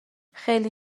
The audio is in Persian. خیلی